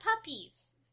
puppies